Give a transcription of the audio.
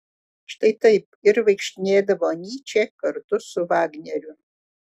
štai taip ir vaikštinėdavo nyčė kartu su vagneriu